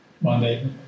Monday